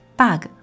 bug